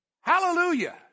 Hallelujah